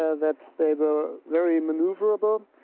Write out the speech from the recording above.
ah that they were very maneuverable.